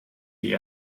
die